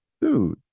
dude